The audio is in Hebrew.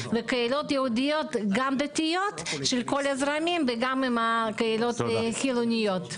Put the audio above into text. עם קהילות יהודיות גם דתיות של כל הזרמים וגם עם הקהילות החילוניות.